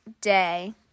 Day